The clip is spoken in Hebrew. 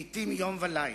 לעתים יום וליל.